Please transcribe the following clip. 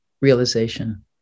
realization